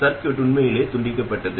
circuit உண்மையிலேயே துண்டிக்கப்பட்டது